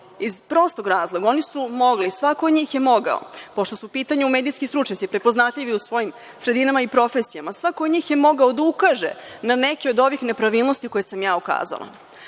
iz prostog razloga. Svako od njih je mogao, pošto su u pitanju medijski stručnjaci, prepoznatljivi u svojim sredinama i profesijama, svako od njih je mogao da ukaže na neke od ovih nepravilnosti na koje sam ukazala.